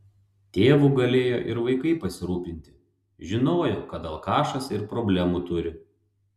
tėvu galėjo ir vaikai pasirūpinti žinojo kad alkašas ir problemų turi